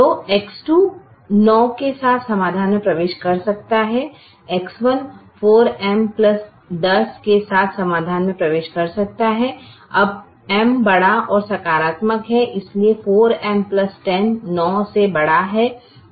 तो X2 9 के साथ समाधान में प्रवेश कर सकता है X1 4M 10 के साथ समाधान में प्रवेश कर सकता है अब M बड़ा और सकारात्मक है इसलिए 4M 10 9 से बड़ा है